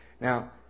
Now